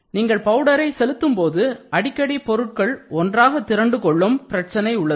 நீங்கள் பவுடரை செலுத்தும்போது அடிக்கடி பொருட்கள் ஒன்றாக திரண்டு கொள்ளும் பிரச்சனை உள்ளது